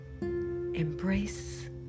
Embrace